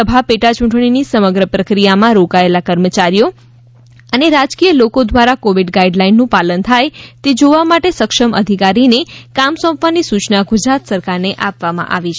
રાજ્યસભા પેટા યૂંટણીની સમગ્ર પ્રક્રિયામાં રોકાયેલા કર્મચારીઓ અને રાજકીય લોકો દ્વારા કોવિડ ગાઈડલાઈનનું પાલન થાય તે જોવા માટે સક્ષમ અધિકારીને કામ સોંપવાની સૂચના ગુજરાત સરકારને આપવામાં આવી છે